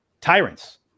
tyrants